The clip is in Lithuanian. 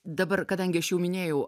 dabar kadangi aš jau minėjau